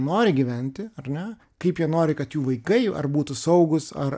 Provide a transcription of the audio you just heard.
nori gyventi ar ne kaip jie nori kad jų vaikai ar būtų saugūs ar